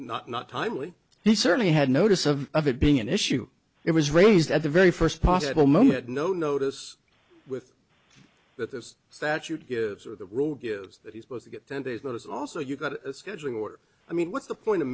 not not timely he certainly had notice of of it being an issue it was raised at the very first possible moment no notice with that this statute or the rule is that he supposed to get ten days notice also you've got a scheduling order i mean what's the point of